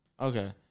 Okay